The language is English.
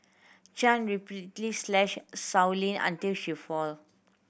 Chan repeatedly slashed Sow Lin until she fall